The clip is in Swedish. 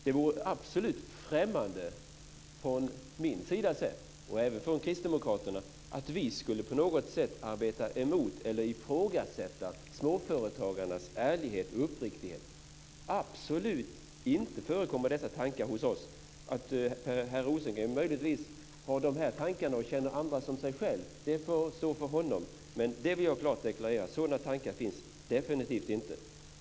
Det vore absolut främmande både för mig och för kristdemokraterna att på något vis arbeta emot småföretagarna eller ifrågasätta deras ärlighet och uppriktighet. Dessa tankar förekommer absolut inte hos oss. Att herr Rosengren möjligtvis har de här tankarna och känner andra som sig själv får stå för honom. Men det vill jag klart deklarera: Sådana tankar finns definitivt inte hos oss.